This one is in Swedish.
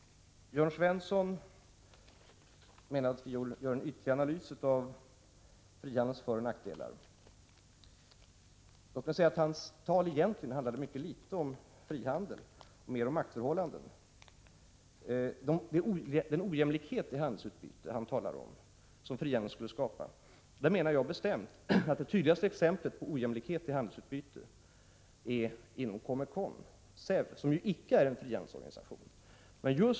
Jörn Svensson menar att vi gör en ytlig analys av frihandelns föroch nackdelar. Låt mig säga att hans anförande egentligen handlade mycket litet om frihandel, mer om maktförhållanden. När det gäller den ojämlikhet i handelsutbyte som Jörn Svensson talar om att frihandel skulle skapa menar jag bestämt att det tydligaste exemplet på ojämlikhet i handelsutbyte finns inom COMECON, som ju icke är en frihandelsorganisation.